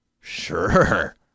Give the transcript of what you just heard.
Sure